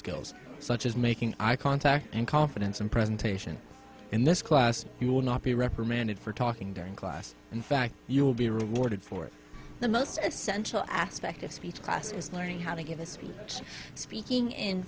skills such as making eye contact and confidence in presentation in this class you will not be reprimanded for talking during class in fact you will be rewarded for the most essential aspect of speech class is learning how to g